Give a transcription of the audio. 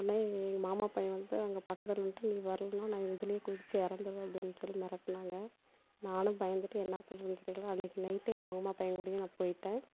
உடனே எங்கள் மாமா பையன் வந்து அங்க பக்கத்தில் நின்றுட்டு நீ வரலைன்னா நான் இதில் குதித்து இறந்துருவேன் அப்படின் சொல்லி மிரட்டுனாங்க நானும் பயந்துகிட்டு என்ன பண்ணுறதுன் தெரியல அன்றைக்கி நைட்டே எங்கள் மாமா பையன் கூடையே நான் போயிட்டேன்